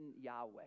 Yahweh